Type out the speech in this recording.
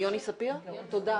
כן.